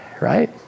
right